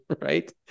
right